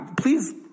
Please